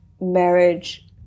marriage